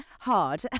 hard